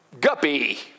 guppy